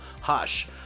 hush